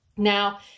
Now